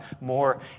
more